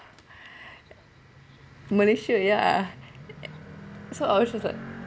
malaysia ya so I was just like